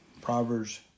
Proverbs